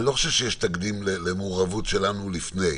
אני לא חושב שיש תקדים למעורבות שלנו לפני.